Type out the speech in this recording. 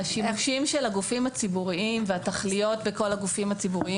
השימושים של הגופים הציבוריים והתכליות בכל הגופים הציבוריים